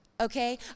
okay